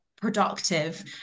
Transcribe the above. productive